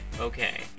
Okay